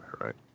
right